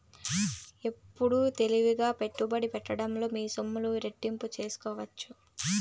ఎప్పుడు తెలివిగా పెట్టుబడి పెట్టడంలో మీ సొమ్ములు రెట్టింపు సేసుకోవచ్చు